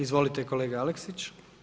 Izvolite kolega Aleksić.